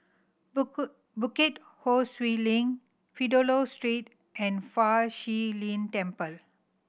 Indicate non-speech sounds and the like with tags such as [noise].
Bukit [unintelligible] Ho Swee Link Fidelio Street and Fa Shi Lin Temple